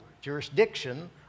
jurisdiction